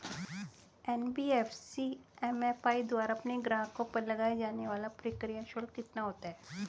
NBFC MFI द्वारा अपने ग्राहकों पर लगाए जाने वाला प्रक्रिया शुल्क कितना होता है?